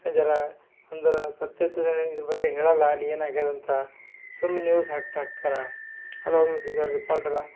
ಜರ ಅಂದ್ರೆ ಸತ್ಯತೇ ಇದ್ರ ಬಗ್ಗೆ ಹೇಳೋಲ್ಲ ಅಲ್ಲಿ ಏನು ಆಗಿದ್ಯಂತ ಸುಮ್ನೆ ನ್ಯೂಸ್ ಹಾಕ್ತಾ ಹಾಕ್ತಾರಾ ಅದು ಒಂದು ಜರ ಡಿಪಾಲ್ಟದ